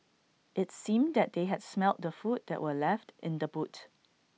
it's seemed that they had smelt the food that were left in the boot